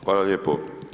Hvala lijepo.